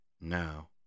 now